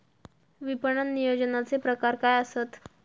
विपणन नियोजनाचे प्रकार काय आसत?